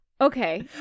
Okay